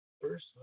first